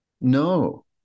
no